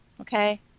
Okay